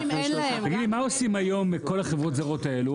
מה עושות היום כל החברות הזרות האלה?